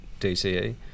DCE